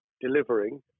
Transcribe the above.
delivering